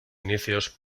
inicios